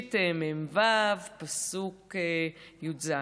בבראשית מ"ו פסוק י"ז.